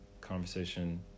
conversation